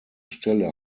stelle